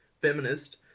feminist